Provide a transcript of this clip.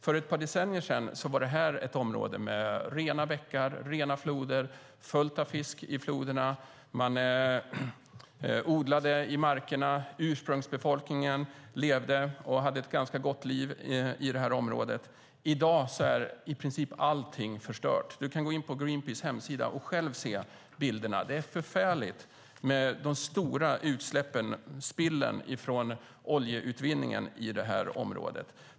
För ett par decennier sedan var det här ett område med rena bäckar, rena floder och fullt av fisk i floderna. Man odlade markerna, och ursprungsbefolkningen hade ett ganska gott liv i det här området. I dag är i princip allting förstört. Du kan gå in på Greenpeaces hemsida och själv se bilderna. Det är förfärligt med de stora utsläppen och spillet från oljeutvinningen i det området.